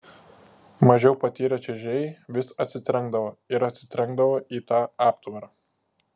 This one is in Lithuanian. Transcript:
mažiau patyrę čiuožėjai vis atsitrenkdavo ir atsitrenkdavo į tą aptvarą